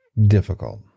difficult